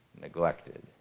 neglected